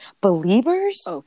believers